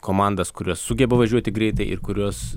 komandas kurios sugeba važiuoti greitai ir kurios